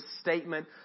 statement